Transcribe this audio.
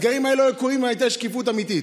הסגרים האלו לא היו קורים אם הייתה שקיפות אמיתית.